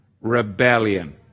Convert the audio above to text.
Rebellion